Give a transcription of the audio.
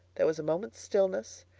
there was moment's stillness.